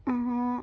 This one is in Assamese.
অঁ